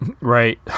Right